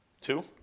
two